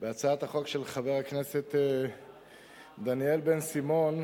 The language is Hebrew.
בהצעת החוק של חבר הכנסת דניאל בן-סימון,